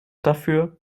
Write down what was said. dafür